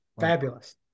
Fabulous